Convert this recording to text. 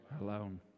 alone